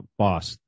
boss